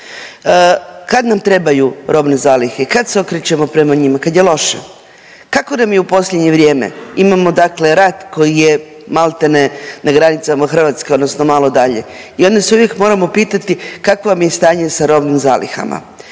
kad nam trebaju robne zalihe, kad se okrećemo prema njima, kad je loše. Kako nam je u posljednje vrijeme, imamo dakle rat koji je maltene na granicama Hrvatske odnosno malo dalje i onda se uvijek moramo pitati kakvo vam je stanje sa robnim zalihama,